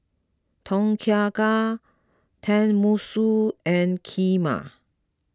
Tom Kha Gai Tenmusu and Kheema